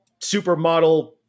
supermodel